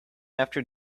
after